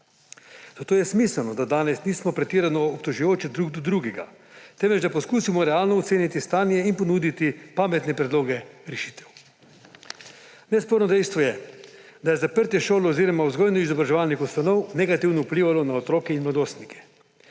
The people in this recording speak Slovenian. Zato je smiselno, da danes nismo pretirano obtožujoči drug do drugega, temveč da poslušamo realno oceniti stanje in ponuditi pametne predloge rešitev. Nesporno dejstvo je, da je zaprtje šol oziroma vzgojno-izobraževalnih ustanov negativno vplivalo na otroke in mladostnike.